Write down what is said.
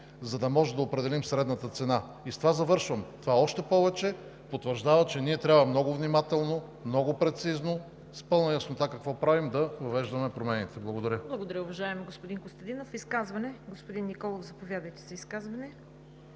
за да може да определим средната цена? Завършвам. Това още повече потвърждава, че ние трябва много внимателно, много прецизно, с пълна яснота какво правим, да въвеждаме промените. Благодаря. ПРЕДСЕДАТЕЛ ЦВЕТА КАРАЯНЧЕВА: Благодаря, уважаеми господин Костадинов. Изказване? Господин Николов, заповядайте. ДОКЛАДЧИК